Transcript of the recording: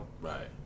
Right